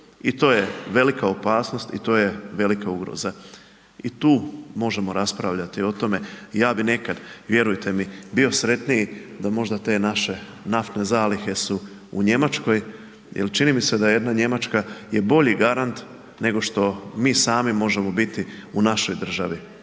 I to je velika opasnost i to je velika ugroza. I tu možemo raspravljati o tome. I ja bih nekad, vjerujte mi bio sretniji da možda te naše naftne zalihe su u Njemačkoj jer čini mi se da jedna Njemačka je bolji garant nego što mi sami možemo biti u našoj državi.